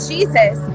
Jesus